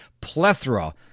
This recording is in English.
plethora